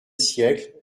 siècle